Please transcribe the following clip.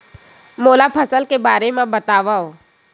मोला फसल के बारे म बतावव?